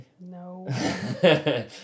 No